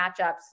matchups